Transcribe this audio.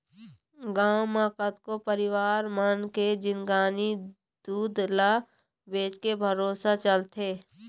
गांव म कतको परिवार मन के जिंनगी दूद ल बेचके भरोसा चलथे